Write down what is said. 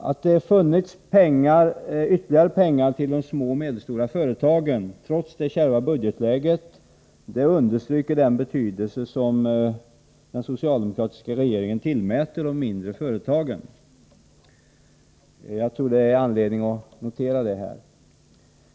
Att det finns ytterligare pengar till de små och medelstora företagen trots det kärva budgetläget understryker den betydelse som den socialdemokratiska regeringen tillmäter de mindre företagen. Jag tror det finns anledning att notera det i detta sammanhang.